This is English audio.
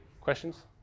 Questions